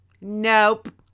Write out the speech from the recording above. Nope